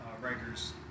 Riker's